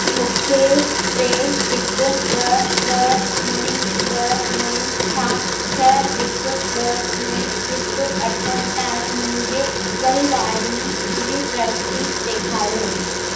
मूंखे टे हिकु ॿ ॿ ॿुड़ी ॿ ॿुड़ी खां छह हिकु ॿ ॿुड़ी हिकु अठ ताईं मुंहिंजे वहिंवारनि जी ट्र्स्टी ॾेखारियो